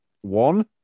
One